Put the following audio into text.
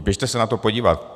Běžte se na to podívat.